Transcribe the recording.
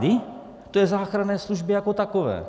To je záchranné službě jako takové.